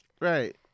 Right